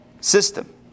system